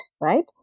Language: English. right